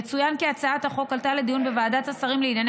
יצוין כי הצעת החוק עלתה לדיון בוועדת השרים לענייני